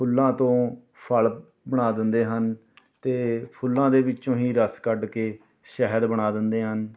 ਫੁੱਲਾਂ ਤੋ ਫਲ ਬਣਾ ਦਿੰਦੇ ਹਨ ਅਤੇ ਫੁੱਲਾਂ ਦੇ ਵਿੱਚੋਂ ਹੀ ਰਸ ਕੱਢ ਕੇ ਸ਼ਹਿਦ ਬਣਾ ਦਿੰਦੇ ਹਨ